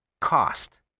Cost